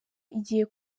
igiye